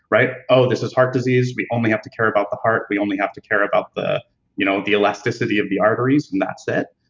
right? oh, this is heart disease, we only have to care about the heart, we only have to care about the you know the elasticity of the arteries and that's it,